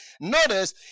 notice